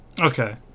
Okay